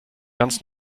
ganz